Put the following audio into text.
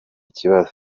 kibazo